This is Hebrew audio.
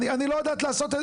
אני לא יודעת לעשות.